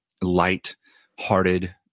light-hearted